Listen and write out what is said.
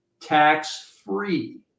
tax-free